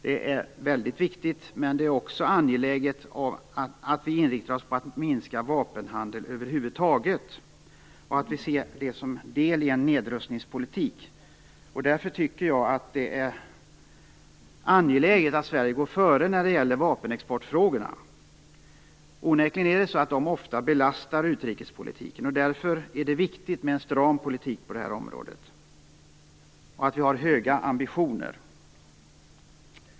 Det är väldigt viktigt, men det är också angeläget att vi inriktar oss på att minska vapenhandeln över huvud taget och att vi ser detta som en del i en nedrustningspolitik. Därför är det angeläget att Sverige går före när det gäller vapenexportfrågorna. Det är onekligen så att dessa frågor ofta belastar utrikespolitiken. Därför är det viktigt med en stram politik på det här området och att vi har höga ambitioner.